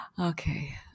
Okay